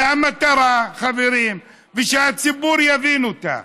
והמטרה, חברים, ושהציבור יבין אותה: